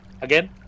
Again